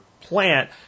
plant